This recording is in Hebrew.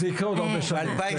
זה יקרה עוד הרבה שנים כן,